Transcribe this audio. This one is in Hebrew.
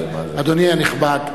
אדוני הנכבד,